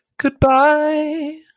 Goodbye